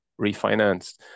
refinanced